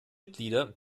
mitglieder